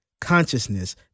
consciousness